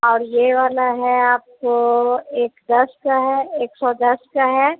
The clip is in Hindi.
और यह वाला है आपको एक दस का है एक सौ दस का है